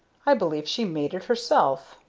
i believe she made it herself!